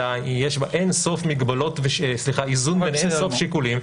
אלא יש בו איזון בין אין סוף שיקולים,